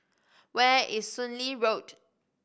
where is Soon Lee Road